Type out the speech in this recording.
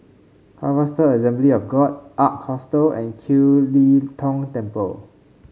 Harvester Assembly of God Ark Hostel and Kiew Lee Tong Temple